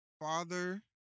father